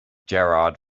gerard